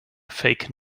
fake